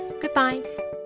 Goodbye